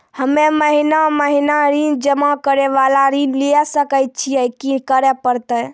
हम्मे महीना महीना ऋण जमा करे वाला ऋण लिये सकय छियै, की करे परतै?